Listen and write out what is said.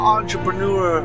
entrepreneur